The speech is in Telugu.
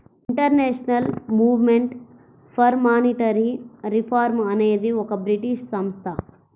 international movement for monetary reform అనేది ఒక బ్రిటీష్ సంస్థ